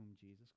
Jesus